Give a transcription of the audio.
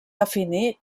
definir